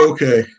Okay